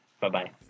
Bye-bye